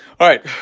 alright,